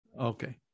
Okay